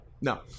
no